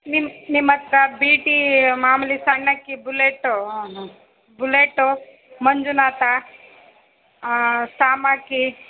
ನಿಮ್ಮ ನಿಮ್ಮ ಹತ್ತಿರ ಬೀ ಟಿ ಮಾಮೂಲಿ ಸಣ್ಣ ಅಕ್ಕಿ ಬುಲೆಟ್ಟು ಹಾಂ ಹಾಂ ಬುಲೆಟ್ಟು ಮಂಜುನಾಥ ಸಾಮಕ್ಕಿ